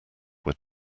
were